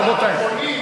רבותי,